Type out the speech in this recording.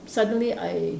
suddenly I